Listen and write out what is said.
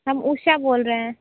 हम उषा बोल रहे हैं